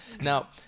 now